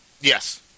Yes